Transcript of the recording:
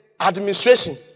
administration